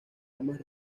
ambas